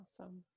Awesome